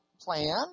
plan